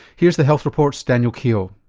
here's the health report's daniel keogh.